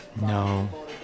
No